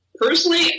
Personally